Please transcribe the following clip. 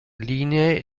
lignee